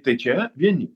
tai čia vieni